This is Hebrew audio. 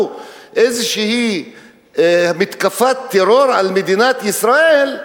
איזושהי מתקפת טרור על מדינת ישראל,